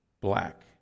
black